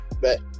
Bet